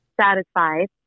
satisfied